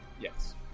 Yes